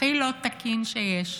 הכי לא תקין שיש.